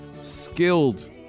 skilled